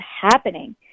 happening